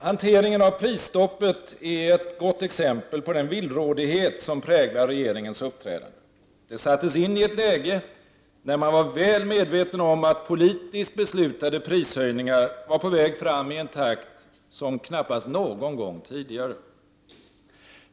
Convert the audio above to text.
Hanteringen av prisstoppet är ett gott exempel på den villrådighet som präglar regeringens uppträdande. Prisstoppet sattes in i ett läge när man var väl medveten om att politiskt beslutade prishöjningar var på väg fram i en takt som knappast någon gång tidigare.